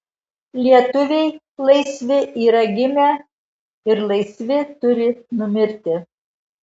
lietuviai laisvi yra gimę ir laisvi turi numirti